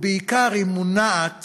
ובעיקר היא מונעת